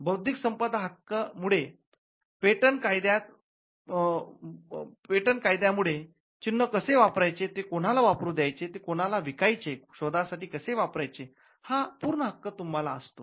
बौद्धिक संपदा हक्क मुळे पेटंट कायाद्या मुळे चिन्ह कसे वापरायचे ते कोणाला वापरू द्यायचे ते कुणाला विकायचे शोधासाठी कसे वापरायचे हा पूर्ण हक्क तुम्हाला असतो